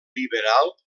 liberal